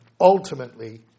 ultimately